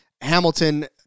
Hamilton